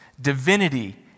divinity